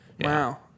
Wow